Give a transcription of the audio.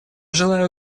желаю